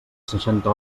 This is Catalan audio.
seixanta